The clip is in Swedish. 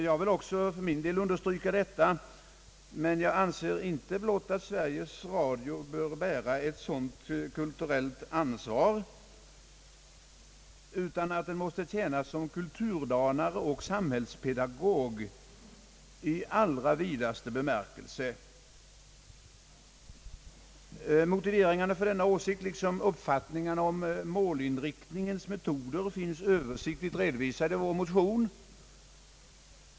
Jag vill också för min del understryka detta, men jag anser att Sveriges Radio inte blott bör bära ett sådant kulturellt ansvar, utan att den också måste tjäna som kulturbanare och samhällspedagog i allra vidaste bemärkelse. Motiveringarna för denna åsikt liksom uppfattningarna om målinriktningens metoder finns översiktligt redovisade i vår motion.